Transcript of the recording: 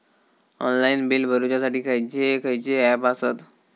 Online bill भरुच्यासाठी खयचे खयचे ऍप आसत?